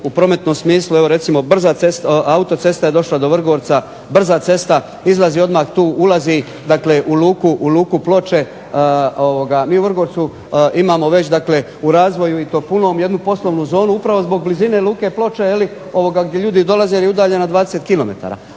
u prometnom smislu, evo recimo autocesta je došla do Vrgorca, brza cesta izlazi odmah tu, ulazi dakle u Luku Ploče. Mi u Vrgorcu imamo već dakle u razvoju i to punom jednu poslovnu zonu upravo zbog blizine Luke Ploče gdje ljudi dolaze jer je udaljena 20 km,